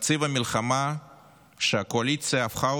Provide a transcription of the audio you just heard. בתקציב המלחמה שהקואליציה הפכה,